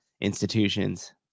institutions